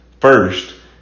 First